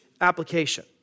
application